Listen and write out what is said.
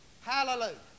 Hallelujah